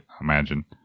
imagine